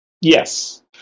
Yes